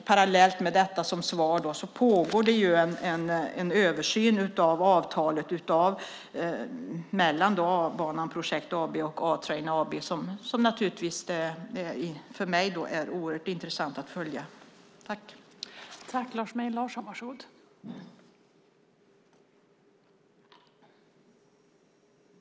Parallellt med detta pågår det en översyn av avtalet mellan A-banan Projekt AB och A-Train AB som naturligtvis är oerhört intressant att följa för mig.